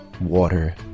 water